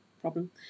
problem